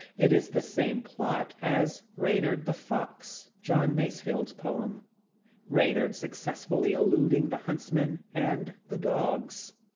it is the same plot as reynard the fox, john masefield's poem reynard successfully eluding the huntsmen and the dogs.